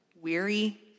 weary